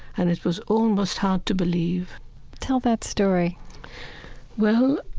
and it was almost hard to believe tell that story well,